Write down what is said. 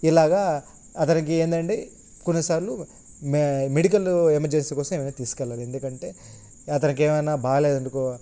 ఇలాగా అతనికి ఏంటండి కొన్నిసార్లు మె మెడికలు ఎమర్జెన్సీ కోసం ఏమైనా తీసుకెళ్ళాలి ఎందుకంటే అతనికి ఏమైనా బాగాలేదనుకో